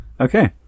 Okay